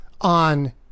on